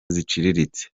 ziciriritse